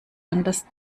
anders